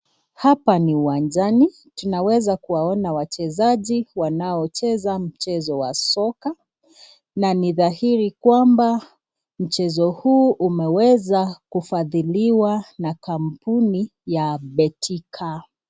Hapa ni uwanjani tuweze kuwaona wachezaji wanaocheza mchezo wa soka, na ni dhahiri kwamba mchezo huu umeweza kufuatiliwa na kampuni ya betika.